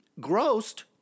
grossed